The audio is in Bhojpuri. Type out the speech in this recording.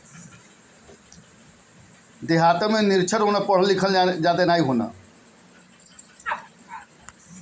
मौसम विज्ञानी पहिले ही बता देत हवे की आगिला दिने कइसन मौसम होई